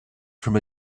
from